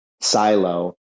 silo